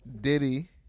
Diddy